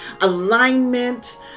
alignment